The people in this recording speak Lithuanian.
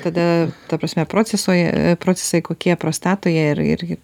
tada ta prasme procesoje procesai kokie prostatoje ir ir